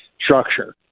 structure